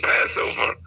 Passover